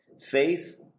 Faith